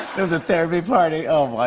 it was a therapy party. oh, my